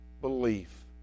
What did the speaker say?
belief